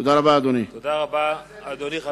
תודה רבה, אדוני.